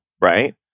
right